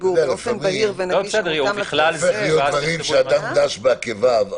לציבור באופן בהיר ונגיש --- יש דברים שאדם דש בעקביו,